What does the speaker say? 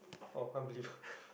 oh unbelievable